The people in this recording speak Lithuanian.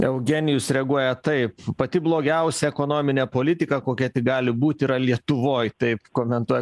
eugenijus reaguoja taip pati blogiausia ekonominė politika kokia tik gali būti yra lietuvoj taip komentuoja